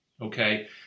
Okay